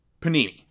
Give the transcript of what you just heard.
Panini